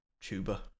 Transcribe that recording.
tuba